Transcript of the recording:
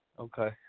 Okay